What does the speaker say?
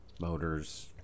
motors